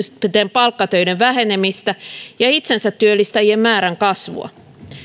palkkatöiden vähenemistä ja itsensätyöllistäjien määrän kasvua